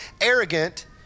arrogant